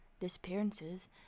disappearances